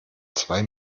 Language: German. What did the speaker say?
zwei